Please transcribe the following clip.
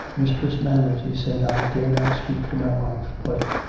mistress manners, he said, i dare not speak to my. wife. but.